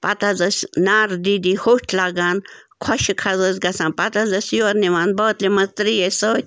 پَتہٕ حظ ٲسۍ نعرٕ دی دی ہوٚٹۍ لَگان خۄشٕک حظ ٲسۍ گژھان پَتہٕ حظ ٲسۍ یورٕ نِوان بٲتلہِ منٛز ترٛیش سۭتۍ